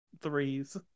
threes